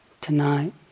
tonight